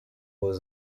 was